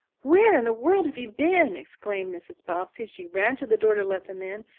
where in the world have you been? exclaimed mrs. bobbsey as she ran to the door to let them in.